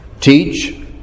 teach